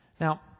Now